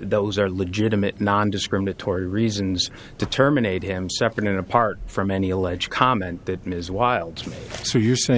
those are legitimate nondiscriminatory reasons to terminate him separate and apart from any alleged comment that ms wilde so you're saying